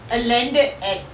a landed at